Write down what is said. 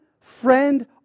friend